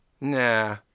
Nah